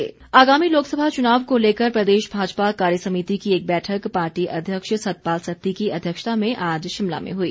भाजपा बैठक आगामी लोकसभा चुनाव को लेकर प्रदेश भाजपा कार्यसमिति की एक बैठक पार्टी अध्यक्ष सतपाल सत्ती की अध्यक्षता में आज शिमला में हुई